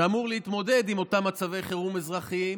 שאמור להתמודד עם אותם מצבי חירום אזרחיים,